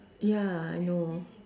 ya I know